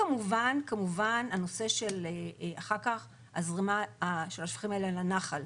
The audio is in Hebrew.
בנוסף, כמובן הנושא אחר כך של השפכים האלה לנחל.